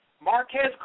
Marquez